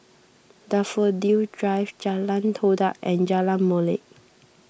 Daffodil Drive Jalan Todak and Jalan Molek